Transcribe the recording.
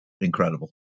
incredible